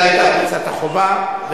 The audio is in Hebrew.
זו היתה פריצת החומה.